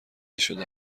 شده